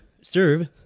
serve